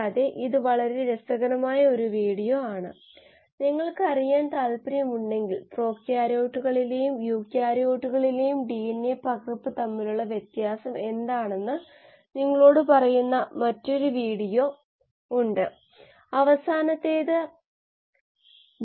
തുടർന്ന് metabolic flux വിശകലനം നൽകിയ ഇൻപുട്ടിനെ അടിസ്ഥാനമാക്കി ആർഡിഎൻഎ സാങ്കേതികവിദ്യയിലൂടെ ജനിതക യന്ത്രങ്ങളുടെ നേരിട്ടുള്ള മാറ്റം വരുത്താനും ഉൽപാദനക്ഷമത മെച്ചപ്പെടുത്താനും നമ്മൾക്ക് കഴിയും ഉദാഹരണത്തിന് എൽ ലൈസിൻ 3 മടങ്ങ് കൂടുതൽ